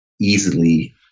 easily